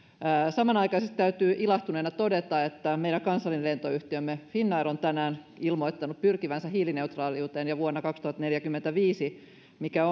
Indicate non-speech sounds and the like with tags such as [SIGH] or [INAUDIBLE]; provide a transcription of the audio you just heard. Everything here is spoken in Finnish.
samanaikaisesti täytyy ilahtuneena todeta että meidän kansallinen lentoyhtiömme finnair on tänään ilmoittanut pyrkivänsä hiilineutraaliuteen jo vuonna kaksituhattaneljäkymmentäviisi mikä [UNINTELLIGIBLE]